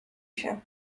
się